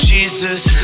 Jesus